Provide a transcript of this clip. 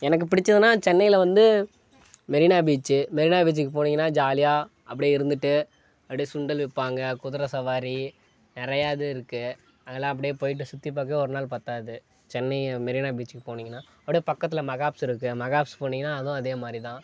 எனக்கு பிடிச்சதுனா சென்னையில வந்து மெரினா பீச் மெரினா பீச்சுக்கு போனீங்கன்னா ஜாலியாக அப்டேயே இருந்துட்டு அப்டேயே சுண்டல் விற்பாங்க குதிரை சவாரி நிறையா இதுருக்கு அங்கலாம் அப்டேயே போய்ட்டு சுற்றி பார்க்கவே ஒரு நாள் பத்தாது சென்னை மெரினா பீச்சுக்கு போனீங்கன்னா அப்டேயே பக்கத்தில் மகாப்ஸ் இருக்குது மகாப்ஸ் போனீங்கன்னா அதுவும் அதேமாதிரிதான்